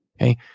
Okay